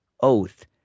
oath